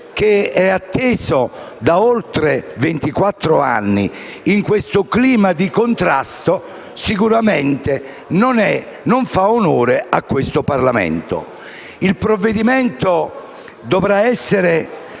atteso da oltre ventiquattro anni, in questo clima di contrasto sicuramente non fa onore a questo Parlamento. Il provvedimento dovrà essere